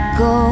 go